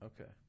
okay